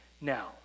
now